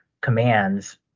commands